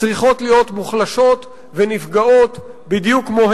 צריכות להיות מוחלשות ונפגעות בדיוק כמו